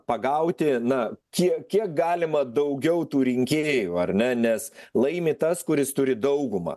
pagauti na kiek kiek galima daugiau tų rinkėjų ar ne nes laimi tas kuris turi daugumą